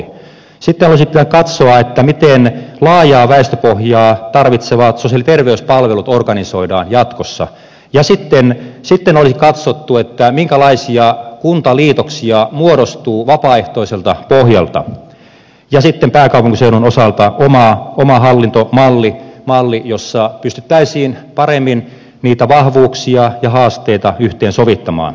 sitten olisi pitänyt katsoa miten laajaa väestöpohjaa tarvitsevat sosiaali ja terveyspalvelut organisoidaan jatkossa ja sitten olisi katsottu minkälaisia kuntaliitoksia muodostuu vapaaehtoiselta pohjalta ja sitten pääkaupunkiseudun osalta oma hallintomalli jossa pystyttäisiin paremmin niitä vahvuuksia ja haasteita yhteensovittamaan